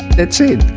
that's it.